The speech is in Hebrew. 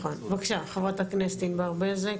תודה.